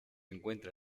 encuentra